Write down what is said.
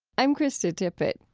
i'm krista tippett.